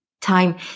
time